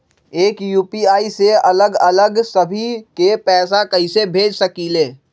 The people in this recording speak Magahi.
एक यू.पी.आई से अलग अलग सभी के पैसा कईसे भेज सकीले?